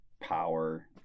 power